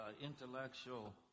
intellectual